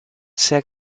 sea